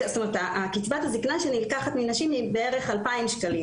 קצבת הזקנה שנלקחת מנשים היא בערך 2,000 שקלים,